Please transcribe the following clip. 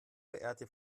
verehrte